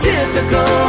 Typical